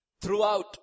throughout